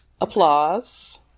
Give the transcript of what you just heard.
applause